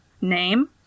name